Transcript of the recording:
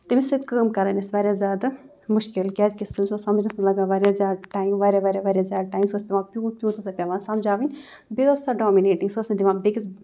تٔمِس سۭتۍ کٲم کَرٕنۍ ٲس واریاہ زیادٕ مُشکل کیٛازِکہِ تٔمِس اوس سَمٕجھنَس لَگان واریاہ زیادٕ ٹایم واریاہ واریاہ واریاہ زیادٕ ٹایم سۄ ٲس پٮ۪وان پیوٗنٛت پیوٗنٛت ٲس سۄ پٮ۪وان سَمجھاوٕنۍ بیٚیہِ ٲس سۄ ڈامِنیٹِنٛگ سۄ ٲس نہٕ دِوان بیٚیِکِس